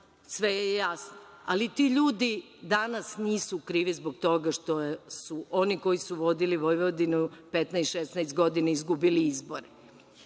sve je jasno. Ti ljudi danas nisu krivi zbog toga što su oni koji su vodili Vojvodinu 15, 16 godina izgubili izbore